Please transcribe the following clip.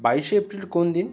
বাইশে এপ্রিল কোন দিন